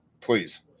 Please